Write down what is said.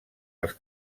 els